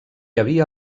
havia